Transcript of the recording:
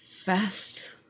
Fast